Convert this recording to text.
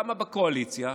כמה בקואליציה,